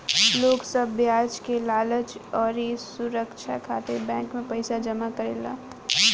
लोग सब ब्याज के लालच अउरी सुरछा खातिर बैंक मे पईसा जमा करेले